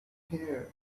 here